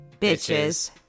bitches